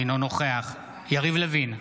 אינו נוכח יריב לוין,